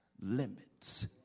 limits